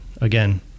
Again